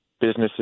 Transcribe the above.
businesses